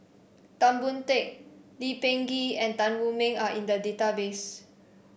Tan Boon Teik Lee Peh Gee and Tan Wu Meng are in the database